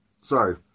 Sorry